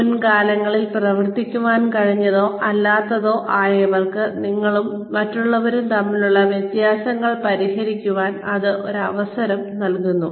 മുൻകാലങ്ങളിൽ പ്രവർത്തിക്കാൻ കഴിഞ്ഞതോ അല്ലാത്തതോ ആയവർക്ക് നിങ്ങളും മറ്റുള്ളവരും തമ്മിലുള്ള വ്യത്യാസങ്ങൾ പരിഹരിക്കാൻ ഇത് ഒരു അവസരം നൽകുന്നു